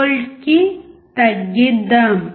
5V కి తగ్గిద్దాం